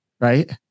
Right